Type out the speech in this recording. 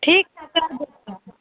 ठीक है तो